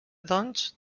doncs